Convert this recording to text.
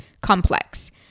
complex